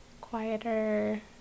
quieter